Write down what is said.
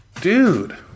Dude